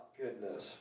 goodness